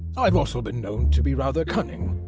i've also been known to be rather cunning,